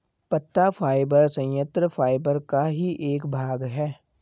पत्ता फाइबर संयंत्र फाइबर का ही एक भाग है